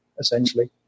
essentially